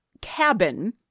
cabin